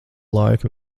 laika